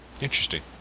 Interesting